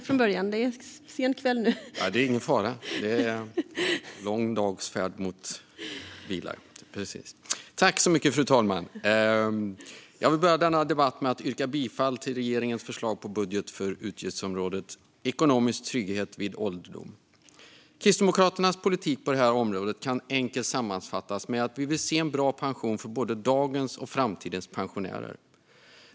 Fru talman! Jag vill börja denna debatt med att yrka bifall till regeringens förslag till budget för utgiftsområdet Ekonomisk trygghet vid ålderdom. Kristdemokraternas politik på det här området kan enkelt sammanfat-tas med att vi vill se en bra pension för både dagens och framtidens pensionärer.